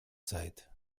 zeit